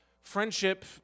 Friendship